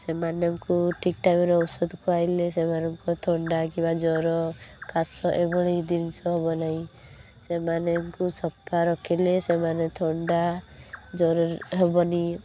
ସେମାନଙ୍କୁ ଠିକ୍ ଟାଇମ୍ରେ ଔଷଧ ଖୁଆଇଲେ ସେମାନଙ୍କ ଥଣ୍ଡା କିମ୍ବା ଜର କାଶ ଏଭଳି ଜିନିଷ ହେବ ନାହିଁ ସେମାନେଙ୍କୁ ସଫା ରଖିଲେ ସେମାନେ ଥଣ୍ଡା ଜରରେ ହେବନି